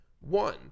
one